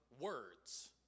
words